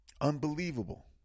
Unbelievable